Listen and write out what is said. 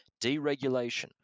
deregulation